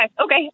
Okay